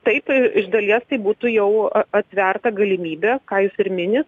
taip iš dalies tai būtų jau a atverta galimybė ką jūs ir minit